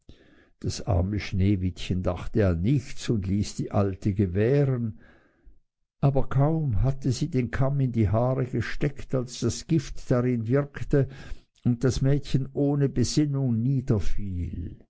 das arme sneewittchen dachte an nichts und ließ die alte gewähren aber kaum hatte sie den kamm in die haare gesteckt als das gift darin wirkte und das mädchen ohne besinnung